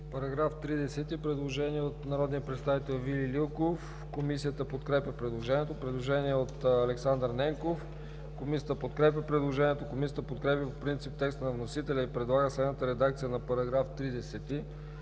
народния представител Вили Лилков. Комисията подкрепя предложението. Предложение от Александър Ненков. Комисията подкрепя предложението. Комисията подкрепя по принцип текста на вносителя и предлага следната редакция на § 30,